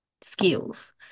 skills